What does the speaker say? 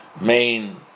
main